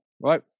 right